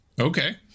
okay